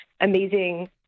amazing